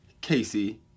Casey